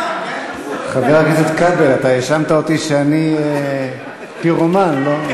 חבר הכנסת כבל, אתה האשמת אותי שאני פירומן, לא?